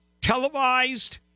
televised